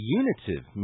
unitive